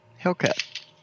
Hellcat